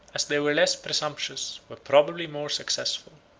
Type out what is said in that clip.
as they were less presumptuous, were probably more successful.